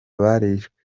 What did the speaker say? barishwe